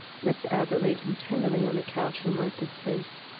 miss abbott laid him tenderly on the couch and wiped his face.